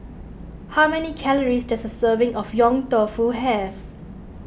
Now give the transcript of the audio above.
how many calories does a serving of Yong Tau Foo have